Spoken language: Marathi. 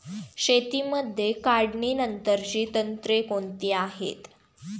शेतीमध्ये काढणीनंतरची तंत्रे कोणती आहेत?